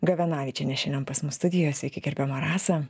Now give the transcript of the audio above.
gavenavičienė šiandien pas mus studijoje sveiki gerbiama rasa